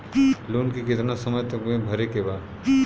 Loan के कितना समय तक मे भरे के बा?